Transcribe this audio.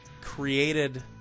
created